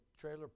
trailer